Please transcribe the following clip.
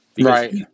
right